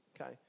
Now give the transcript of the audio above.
okay